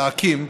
להקים.